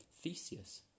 Theseus